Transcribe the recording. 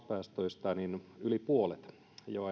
päästöistä yli puolet jo